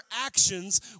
actions